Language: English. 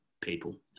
people